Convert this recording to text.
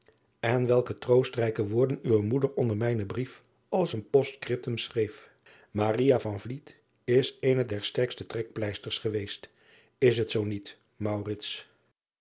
en welke troostrijke woorden uwe moeder onder mijnen brief als een postcriptum schreef is eene der sterkste trekpleisters geweest s het zoo niet